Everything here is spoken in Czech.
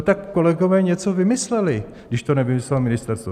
Tak kolegové něco vymysleli, když to nevymyslelo ministerstvo.